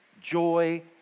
joy